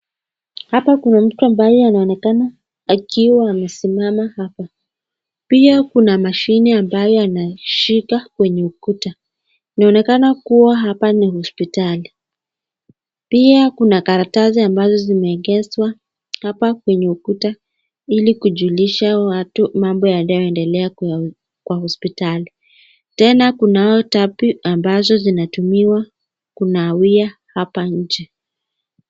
Hapa kuna mtu ambaye anaonekana akiwa amesimama hapa. Pia kuna mashine ambayo anashika kwenye ukuta. Inaonekana kuwa hapa ni hospitali. Pia kuna karatasi ambazo zimeegeshwa hapa kwenye ukuta, ili kujulisha watu mambo yanayoendelea kwa hospitali. Tena kunao tapu ambazo zinatumiwa kunawia hapa nje.